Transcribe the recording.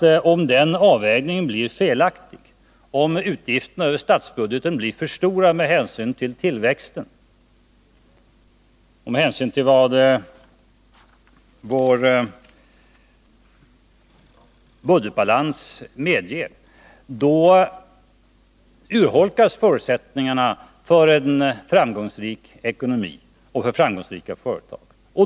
Om den avvägningen blir felaktig, om utgifterna över statsbudgeten blir för stora med hänsyn till tillväxten och det som vår budgetbalans medger, urholkas förutsättningarna för en framgångsrik ekonomi och för framgångsrika företag.